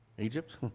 Egypt